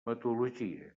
metodologia